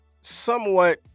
somewhat